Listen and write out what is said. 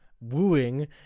wooing